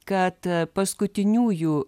kad paskutiniųjų